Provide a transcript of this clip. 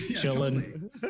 Chilling